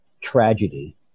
tragedy